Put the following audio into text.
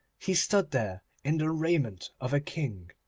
he stood there in the raiment of a king,